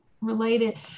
related